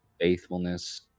faithfulness